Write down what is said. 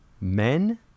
Men